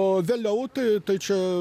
o vėliau tai tai čia